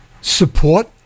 support